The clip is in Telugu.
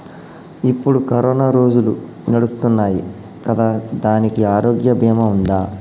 ఇప్పుడు కరోనా రోజులు నడుస్తున్నాయి కదా, దానికి ఆరోగ్య బీమా ఉందా?